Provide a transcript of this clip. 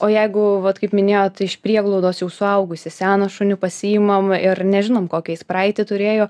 o jeigu vat kaip minėjot iš prieglaudos jau suaugusį seną šunį pasiimam ir nežinom kokią jis praeitį turėjo